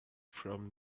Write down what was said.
from